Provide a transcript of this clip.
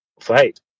fight